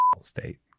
state